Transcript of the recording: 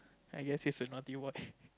I guess he's a naughty boy